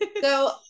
So-